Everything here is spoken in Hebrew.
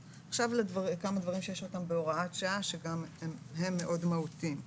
2021). כמה דברים שיש אותם בהוראת שעה שהם מאוד מהותיים.